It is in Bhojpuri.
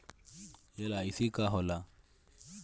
एल.आई.सी का होला?